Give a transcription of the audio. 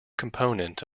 component